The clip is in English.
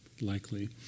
likely